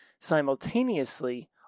Simultaneously